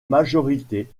majorité